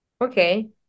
Okay